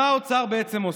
מה האוצר בעצם עושה?